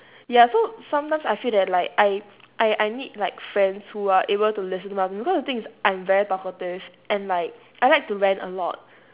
ya so sometimes I feel that like I I I need like friends who are able to listen well because the thing is I'm very talkative and like I like to rant a lot